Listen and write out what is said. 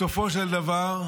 בסופו של דבר,